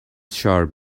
sharp